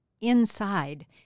inside